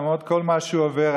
למרות כל מה שהוא עובר,